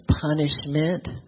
punishment